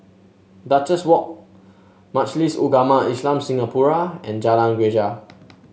Duchess Walk Majlis Ugama Islam Singapura and Jalan Greja